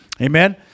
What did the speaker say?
Amen